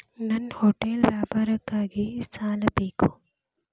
ನನ್ನ ಹೋಟೆಲ್ ವ್ಯಾಪಾರಕ್ಕಾಗಿ ಸಾಲ ಬೇಕು